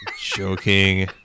Joking